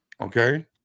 Okay